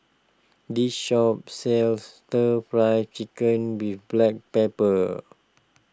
this shop sells Stir Fried Chicken with Black Pepper